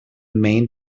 main